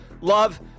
Love